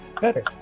better